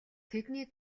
тэдний